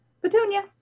Petunia